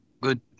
good